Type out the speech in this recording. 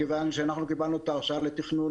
מכיוון שאנחנו קיבלנו את ההרשאה לתכנון